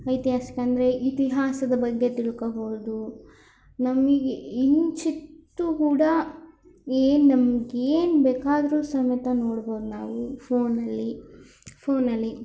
ಐತಿಹಾಸಿಕ ಅಂದರೆ ಇತಿಹಾಸದ ಬಗ್ಗೆ ತಿಳ್ಕೊಬೋದು ನಮಗೆ ಕಿಂಚಿತ್ತು ಕೂಡ ಏನು ನಮ್ಗೇನು ಬೇಕಾದ್ರು ಸಮೇತ ನೋಡ್ಬೋದು ನಾವು ಫೋನಲ್ಲಿ ಫೋನಲ್ಲಿ